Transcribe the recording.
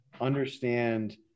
understand